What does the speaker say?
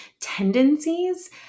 tendencies